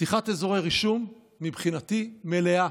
פתיחת אזורי רישום, מבחינתי, מלאה,